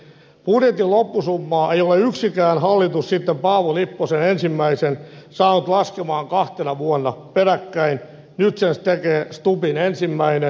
budjetin loppusummaa ei ole yksikään hallitus sitten paavo lipposen ensimmäisen saanut laskemaan kahtena vuonna peräkkäin nyt sen tekee stubbin ensimmäinen